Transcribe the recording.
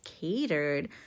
catered